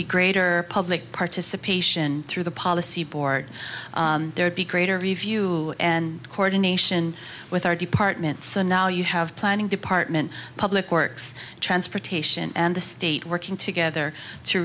be greater public participation through the policy board there would be greater review and coordination with our departments so now you have planning department public works transportation and the state working together to